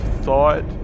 thought